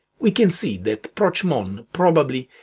we can see that proc mon, probably,